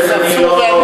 זה צרצור ואני,